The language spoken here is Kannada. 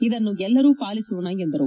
ಇದನ್ನು ಎಲ್ಲರೂ ಪಾಲಿಸೋಣ ಎಂದರು